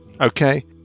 Okay